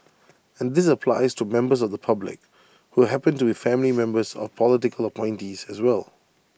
and this applies to members of the public who happen to be family members of political appointees as well